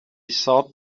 thought